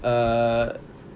err